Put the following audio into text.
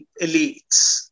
elites